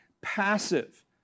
passive